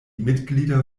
mitglieder